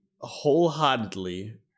wholeheartedly